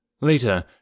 Later